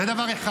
זה דבר אחד.